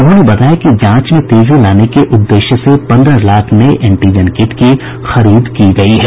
उन्होंने बताया कि जांच में तेजी लाने के उद्देश्य से पन्द्रह लाख नये एंटीजन किट का खरीद की गयी है